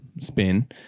spin